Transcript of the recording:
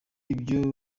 ivyo